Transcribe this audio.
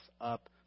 up